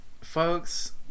folks